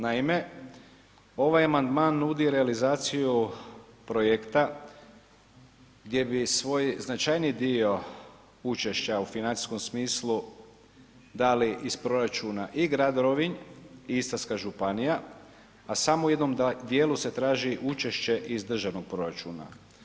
Naime, ovaj amandman nudi realizaciju projekta gdje bi svoj značajniji dio učešća u financijskom smislu dali iz proračuna i grad Rovinj i Istarska županija a samo u jednom djelu se traži učešće iz državnog proračuna.